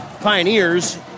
Pioneers